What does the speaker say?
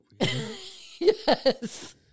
Yes